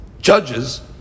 judges